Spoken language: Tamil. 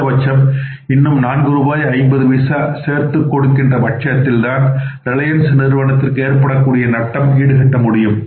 குறைந்த பட்சம் இன்னும் 4 ரூபாய் 50 பைசா சேர்த்து கொடுக்கின்ற பட்சத்தில்தான் ரிலையன்ஸ் நிறுவனத்திற்கு ஏற்படக்கூடிய நட்டம் ஈடுகட்ட முடியும்